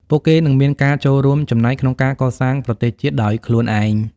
ពួកគេនឹងមានការចូលរួមចំណែកក្នុងការកសាងប្រទេសជាតិដោយខ្លួនឯង។